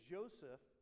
Joseph